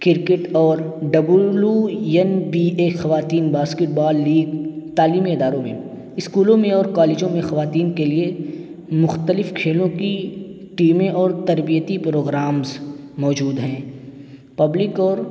cricket اور W N B A خواتین basketball league تعلیمی اداروں میں اسکولوں میں اور کالجوں میں خواتین کے لیے مختلف کھیلوں کی ٹیمیں اور تربیتی پروگرامس موجود ہیں پبلک اور